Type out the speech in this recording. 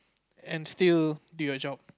and still do your job